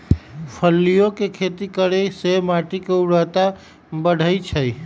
फलियों के खेती करे से माटी के ऊर्वरता बढ़ई छई